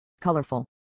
colorful